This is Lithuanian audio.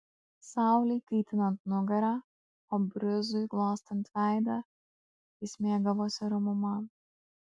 saulei kaitinant nugarą o brizui glostant veidą jis mėgavosi ramuma